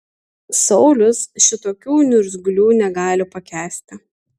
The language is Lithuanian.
saulius šitokių niurgzlių negali pakęsti